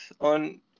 on